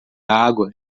água